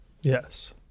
Yes